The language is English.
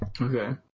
Okay